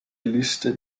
liste